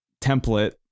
template